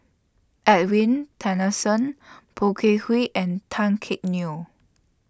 Edwin Poh Kay and Tan Neo